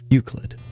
Euclid